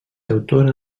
autora